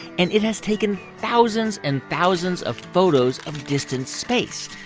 and it has taken thousands and thousands of photos of distant space.